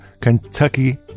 Kentucky